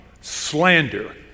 slander